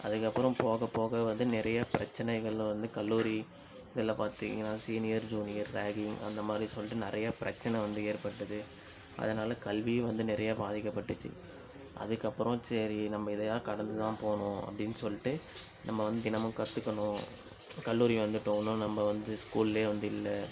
அதற்கப்பறம் போக போக வந்து நிறைய பிரச்சனைகளில் வந்து கல்லூரி இதில் பார்த்தீங்கன்னா சீனியர் ஜூனியர் ரேகிங் அந்த மாதிரி சொல்லிட்டு நிறைய பிரச்சனை வந்து ஏற்பட்டது அதனால் கல்வியும் வந்து நிறைய பாதிக்கப்பட்டுச்சு அதற்கப்பறோம் சரி நம்ப இதெலாம் கடந்து தான் போகணும் அப்படின்னு சொல்லிட்டு நம்ப வந்து தினமும் கற்றுக்கணும் கல்லூரி வந்துவிட்டோன்னு நம்ப வந்து ஸ்கூல்ல வந்து இல்லை